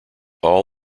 all